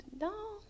no